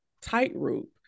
Tightrope